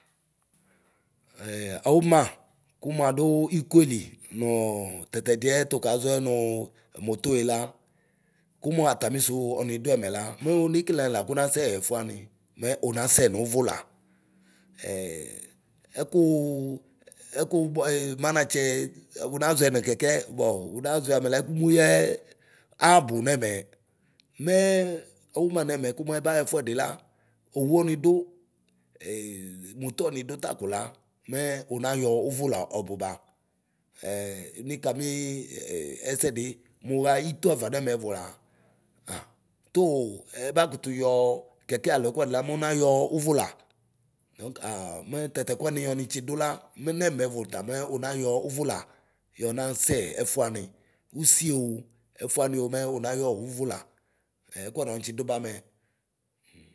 awuma ku muaduu ikoe li nɔɔ tatɛdiɛ tukaʒɔɛ mu motoe la ku muatamisu ɔniduɛ mɛ la mɛ une kele ani la kunasɛɣɛfuani. mɛ unasɛ nuvʋ la. ɛkuu ɛkubae manatsɛ unaʒɔɛ nu kɛkɛ bɔ unaʒɔɛ amɛla ɛ kumuyaɛ aabu nɛmɛ. Mɛɛ awuma nɛmɛ ku muɛbaɣɛfu ɛdi la, owu ɔnidu moto ɔnidu takola, mɛɛ unayɔ uvu la ɔbʋba. nikamii e ɛsɛ di, muɣa itiova nɛmɛ ɛvɔla a tuu ɛba kutu yɔɔ kɛkɛ alo ɛkuani la, munayɔ uvu la. Dɔŋkaa nɛ tɛtɛkuani ɔnitsidu la mɛmɛ mɛvʋ ta mɛ unayɔ uvu la yɔnasɛ ɛfuani. Usi o ɛfuani o mɛ unayɔ uvu la. Ɛ ɛkuɛdi ɔnitsidu bamɛ.